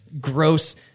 gross